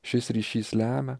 šis ryšys lemia